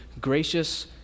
gracious